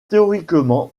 théoriquement